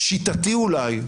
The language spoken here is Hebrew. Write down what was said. שיטתי אולי,